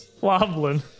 Wobbling